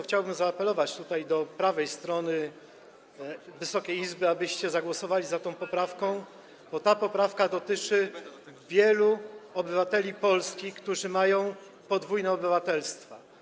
Chciałbym zaapelować do prawej strony Wysokiej Izby, abyście zagłosowali za tą poprawką, bo ta poprawka dotyczy wielu obywateli polskich, którzy mają podwójne obywatelstwo.